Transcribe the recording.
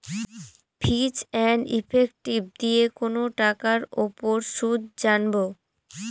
ফিচ and effective দিয়ে কোনো টাকার উপর সুদ জানবো